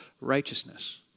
righteousness